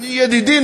ידידי,